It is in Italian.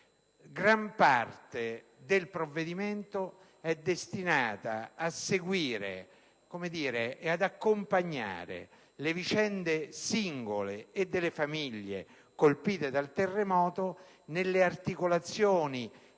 Gran parte del provvedimento è destinata ad accompagnare le vicende singole e familiari delle persone colpite dal terremoto nelle articolazioni